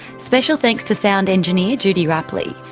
special thanks to sound engineer judy rapley.